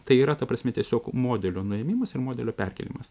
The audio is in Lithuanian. tai yra ta prasme tiesiog modelio nuėmimas ir modelio perkėlimas